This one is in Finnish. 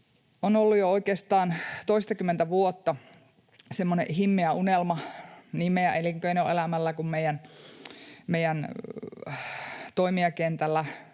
on ollut jo oikeastaan toistakymmentä vuotta semmoinen himmeä unelma niin meidän elinkeinoelämällä kuin meidän toimijakentällä